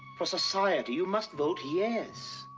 for society, you must vote yes.